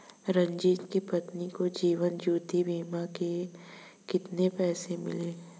रंजित की पत्नी को जीवन ज्योति बीमा के कितने पैसे मिले?